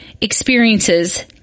experiences